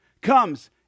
comes